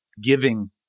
Giving